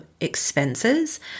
expenses